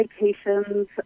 Vacations